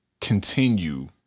Continue